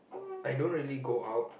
I don't really go out